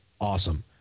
awesome